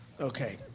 Okay